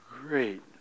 great